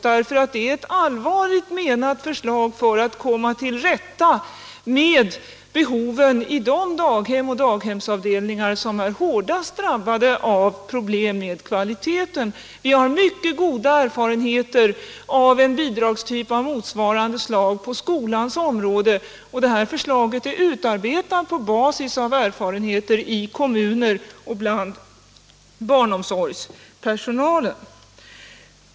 Det är ett allvarligt menat förslag för att man skall kunna komma till rätta med behoven i de daghem och daghemsavdelningar som drabbats hårdast av problem med kvaliteten. Vi har mycket goda erfarenheter av en bidragstyp av motsvarande slag på skolans område, och det här förslaget är utarbetat på basis av erfarenheter i kommuner och bland barnomsorgspersonal.